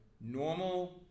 normal